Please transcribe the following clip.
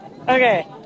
Okay